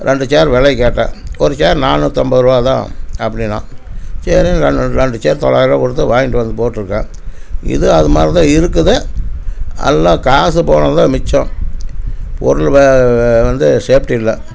ரெண்டு சேரு விலையிக்கி கேட்டேன் ஒரு சேர் நானூற்றி ஐம்பதுருபா தான் அப்படின்னா சரின்னு நானும் ரெண்டு சேர் தொள்ளாயிரருபா கொடுத்து வாங்கிட்டு வந்து போட்டுருக்கேன் இது அது மாதிரி தான் இருக்குது எல்லாம் காசு போனதுதான் மிச்சம் பொருள் வ வந்து சேஃப்டி இல்லை சரி